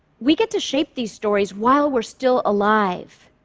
we get to shape these stories while we're still alive.